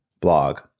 blog